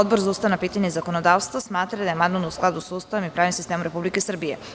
Odbor za ustavna pitanja i zakonodavstvo smatra da je amandman u skladu sa Ustavom i pravnim sistemom Republike Srbije.